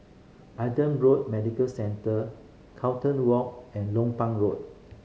Adam Road Medical Centre Carlton Walk and Lompang Road